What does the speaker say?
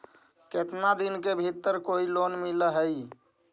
केतना दिन के भीतर कोइ लोन मिल हइ?